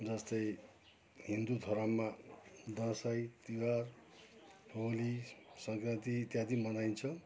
जस्तै हिन्दू धर्ममा दसैँ तिहार होली सङ्क्रान्ति इत्यादि मनाइन्छ